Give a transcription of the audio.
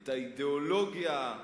את האידיאולוגיה,